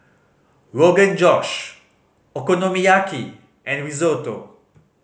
Rogan Josh Okonomiyaki and Risotto